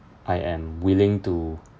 I am willing to